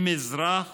עם אזרח